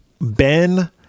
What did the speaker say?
Ben